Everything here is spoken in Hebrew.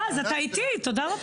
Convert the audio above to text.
אה, אז אתה איתי, תודה רבה.